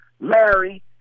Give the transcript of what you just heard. Larry